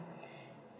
~ple